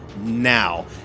now